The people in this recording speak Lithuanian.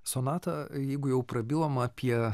sonata jeigu jau prabilom apie